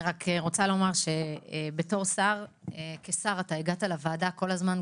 אני רוצה לומר שכשר אתה הגעת לוועדה כל הזמן,